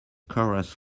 chorus